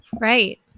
right